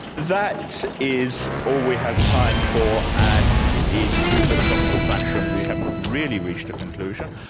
that is all we have time for, and in true philosophical fashion, we haven't really reached a conclusion,